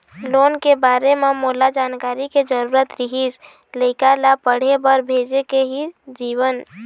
loan के बारे म मोला जानकारी के जरूरत रीहिस, लइका ला पढ़े बार भेजे के हे जीवन